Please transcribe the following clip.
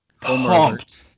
pumped